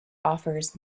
offers